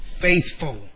faithful